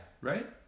Right